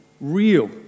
real